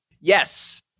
Yes